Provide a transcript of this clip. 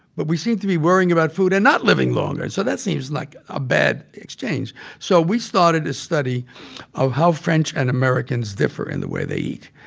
but we seem to be worrying about food and not living longer, so that seems like a bad exchange so we started a study of how french and americans differ in the way they eat.